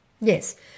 Yes